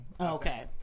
Okay